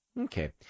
Okay